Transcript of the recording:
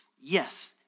Yes